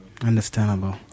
Understandable